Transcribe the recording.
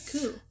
Cool